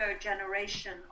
generation